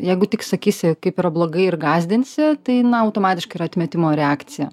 jeigu tik sakysi kaip yra blogai ir gąsdinsi tai na automatiškai yra atmetimo reakcija